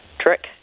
trick